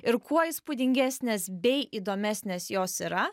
ir kuo įspūdingesnės bei įdomesnės jos yra